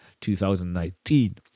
2019